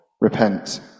Repent